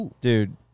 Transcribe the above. Dude